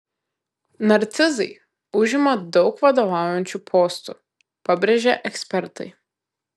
narcizai užima daug vadovaujančių postų pabrėžia ekspertai